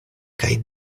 kaj